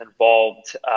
involved